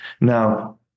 Now